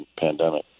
pandemic